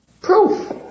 Proof